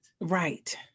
Right